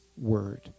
word